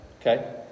Okay